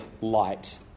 light